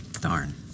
darn